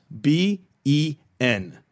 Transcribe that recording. B-E-N